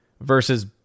versus